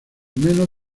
menos